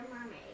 Mermaid